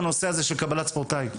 בנושא של קבלת מעמד ספורטאי בצבא.